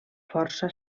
força